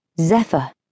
Zephyr